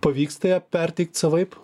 pavyksta ją perteikt savaip